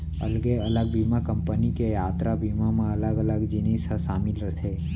अलगे अलग बीमा कंपनी के यातरा बीमा म अलग अलग जिनिस ह सामिल रथे